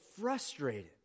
frustrated